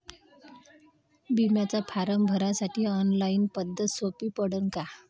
बिम्याचा फारम भरासाठी ऑनलाईन पद्धत सोपी पडन का?